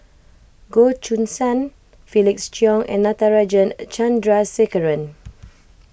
Goh Choo San Felix Cheong and Natarajan Chandrasekaran